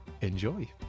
Enjoy